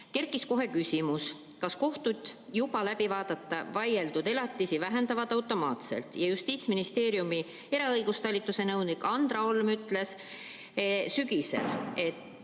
kerkis küsimus, kas kohtus juba läbivaieldud elatis väheneb automaatselt. Justiitsministeeriumi eraõigustalituse nõunik Andra Olm ütles sügisel, et